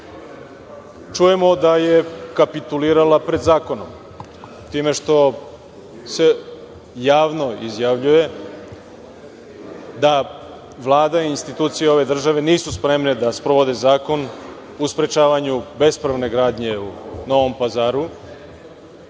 čujemo da je kapitulirala pred zakonom time što se javno izjavljuje da Vlada i institucije ove države nisu spremne da sprovode Zakon o sprečavanju bespravne gradnje u Novom Pazaru,